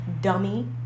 Dummy